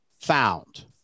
found